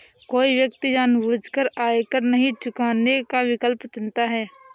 कोई व्यक्ति जानबूझकर आयकर नहीं चुकाने का विकल्प चुनता है